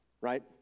right